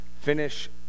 finish